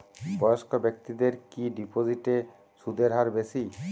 বয়স্ক ব্যেক্তিদের কি ডিপোজিটে সুদের হার বেশি?